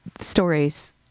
stories